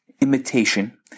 imitation